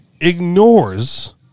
ignores